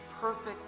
perfect